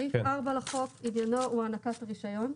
סעיף 4 לחוק הגיונו הוא הענקת רישיון.